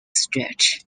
stretch